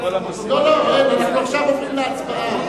אנחנו עכשיו עוברים להצבעה.